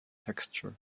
texture